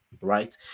right